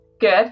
Good